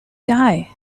die